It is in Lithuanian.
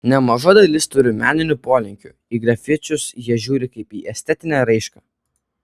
nemaža dalis turi meninių polinkių į grafičius jie žiūri kaip į estetinę raišką